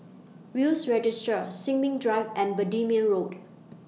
Will's Registry Sin Ming Drive and Bendemeer Road